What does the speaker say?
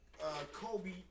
Kobe